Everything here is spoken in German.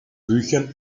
büchern